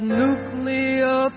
nuclear